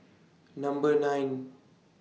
Number nine